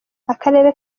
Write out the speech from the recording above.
akarere